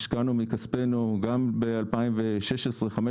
השקענו מכספנו גם ב-2016-2015.